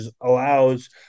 allows